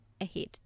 ahead